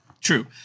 True